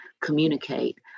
communicate